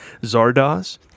Zardoz